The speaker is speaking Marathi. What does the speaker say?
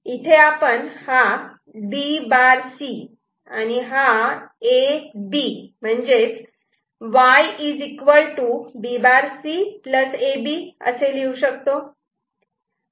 इथे आपण हा B' C आणि हा A B म्हणजेच Y B' C A B असे लिहू शकतो